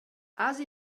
has